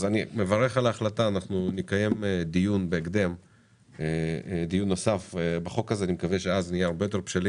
אנחנו נקיים דיון בהקדם בחוק ואני מקווה שאז נהיה הרבה יותר בשלים